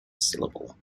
syllable